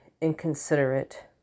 inconsiderate